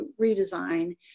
redesign